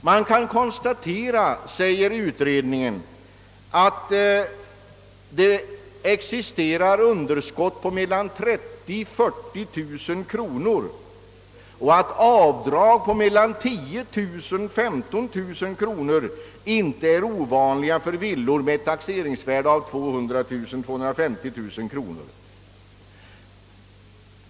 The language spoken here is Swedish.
Man kan konstatera, säger utredningen, att det existerar underskott på mellan 30000 och 40000 kronor och att avdrag på mellan 10 000 och 15 000 kronor inte är ovanliga för villor med taxeringsvärden på 200 000—250 000 kronor.